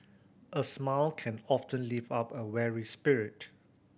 a smile can often lift up a weary spirit